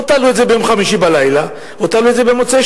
או שתעלו את זה ביום חמישי בלילה או שתעלו את זה במוצאי-שבת.